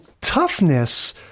toughness